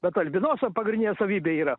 bet albinoso pagrindinė savybė yra